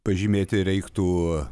pažymėti reiktų